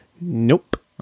Nope